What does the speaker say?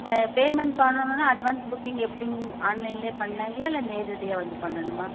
payment பண்ணணுன்னால் advance booking எப்படிங் ஆன்லைன்லேயே பண்ணலாங்களா இல்லை நேரடியாக வந்து பண்ணணும்மா